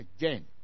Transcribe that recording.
again